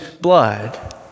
blood